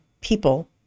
people